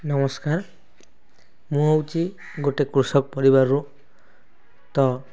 ନମସ୍କାର ମୁଁ ହେଉଛି ଗୋଟେ କୃଷକ ପରିବାରରୁ ତ